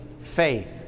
faith